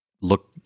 look